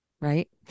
right